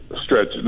stretch